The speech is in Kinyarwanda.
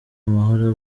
amahoro